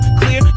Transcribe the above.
clear